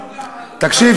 תקשיב,